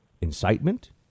incitement